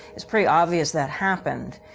it's pretty obvious that happened.